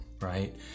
right